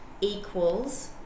equals